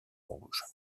rouge